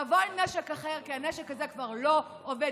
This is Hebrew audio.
תבוא עם נשק אחר, כי הנשק הזה כבר לא עובד.